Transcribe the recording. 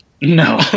No